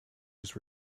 his